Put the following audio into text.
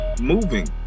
moving